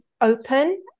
open